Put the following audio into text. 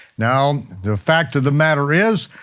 now, the fact of the matter is,